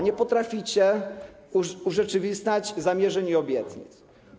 Nie potraficie urzeczywistniać zamierzeń i obietnic.